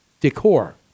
decor